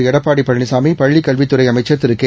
எடப்பாடி பழனிசாமி பள்ளிக்கல்வித்துறை அமைச்ச் திரு கே